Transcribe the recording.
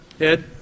Ed